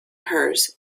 hers